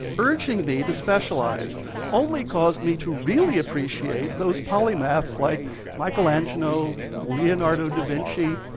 urging me to specialize only caused me to really appreciate those polymaths like michelangelo, leonardo da vinci,